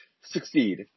succeed